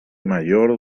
mayor